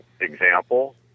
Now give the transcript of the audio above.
example